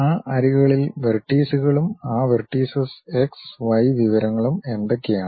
ആ അരികുകളിൽ വെർട്ടീസുകളും ആ വെർടീസസ് എക്സ് വൈ വിവരങ്ങളും എന്തൊക്കെയാണ്